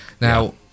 Now